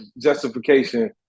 justification